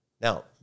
Now